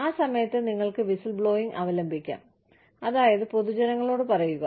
ആ സമയത്ത് നിങ്ങൾക്ക് വിസിൽബ്ലോയിംഗ് അവലംബിക്കാം അതായത് പൊതുജനങ്ങളോട് പറയുക